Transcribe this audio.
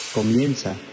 Comienza